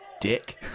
Dick